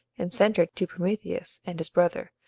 and sent her to prometheus and his brother,